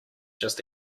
just